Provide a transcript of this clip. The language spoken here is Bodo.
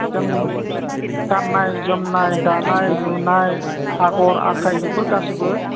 जों गाननाय जोमनाय दानाय लुनाय आगर आखाइ बेफोर गासैबो